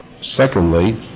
secondly